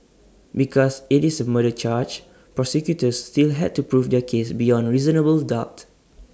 because IT is A murder charge prosecutors still had to prove their case beyond reasonable doubt